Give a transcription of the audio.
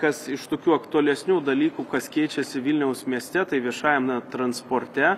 kas iš tokių aktualesnių dalykų kas keičiasi vilniaus mieste tai viešajam na transporte